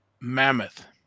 Mammoth